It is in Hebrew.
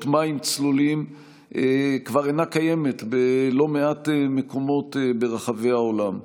מים צלולים כבר אינה קיימת בלא מעט מקומות ברחבי העולם.